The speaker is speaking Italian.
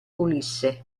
ulisse